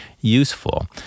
useful